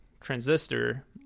Transistor